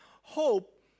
Hope